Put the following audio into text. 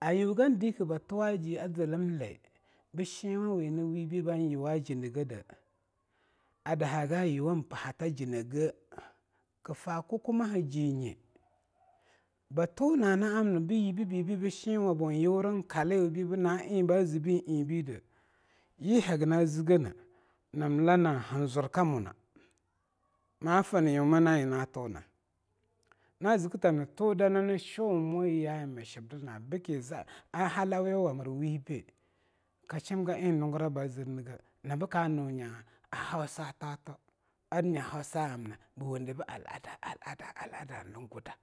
ayugan dike b tuwa ajine zlnle bshenwa bi na wibei bnyuwa jine ga de adahaga yuwan pahata jinge kfa kukwa mha jinge bluna na amna byibebibe she'nwabo yurin ka liwa bna eing ba ze einbide yi hagna zgene namla na han zurka muna ma fnyoma na'a eing na tuna, na zkta nto da na nshuwum ya'a eing mshimdana bke za a halauye wamirwibei kashimga eing nungurab ba zirnge na nka nunya hausa tauta toto, ar nya hose amna bwunde b al'ada al'dan lunguda.